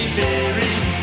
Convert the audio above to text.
buried